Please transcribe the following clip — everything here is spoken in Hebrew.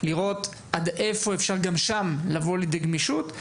לראות עד איפה אפשר גם שם לבוא לידי גמישות.